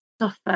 suffer